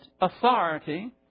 authority